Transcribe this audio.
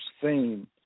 theme